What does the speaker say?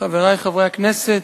חברי חברי הכנסת,